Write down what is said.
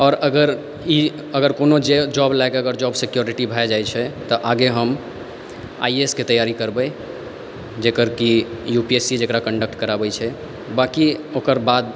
आओर अगर ई अगर कोनो जे जॉब लायक जॉब सिक्युरिटी भऽ जाइ छै तऽ आगे हम आइ ए एसके तैयारी करबै जेकर कि यू पी एस सी जकरा कन्डक्ट कराबै छै बाकी ओकर बाद